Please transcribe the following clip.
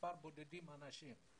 למספר אנשים בודדים.